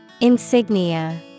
Insignia